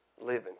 living